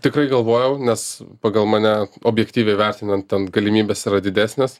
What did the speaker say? tikrai galvojau nes pagal mane objektyviai vertinant ten galimybės yra didesnės